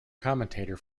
commentator